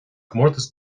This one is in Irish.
comórtas